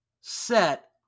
set